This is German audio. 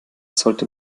sollte